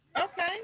Okay